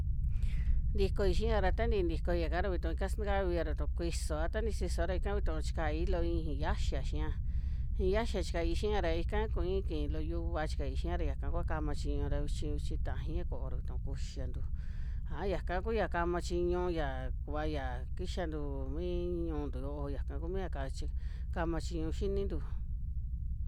Ntikoi xia ra ta ntii ntikoiaka ra vituu ika satakavaia ra kuisoa ta ni sisoa ra ika vituu chikai loo iixi yiaxa xiiya, iixi yiaxia chikai xia ra ikaa kui kii loo yuva chikai xiiya, ra yaka kua kama chiñu ra vichi, vichi tajaia ko'o ra vituu kuxiantu, aja yaka kuya kama chiñu yia kuva ya kixantu mi ñu'untu yo'o, yaka kumi ya kachi kama chiñu xinintu.